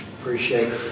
Appreciate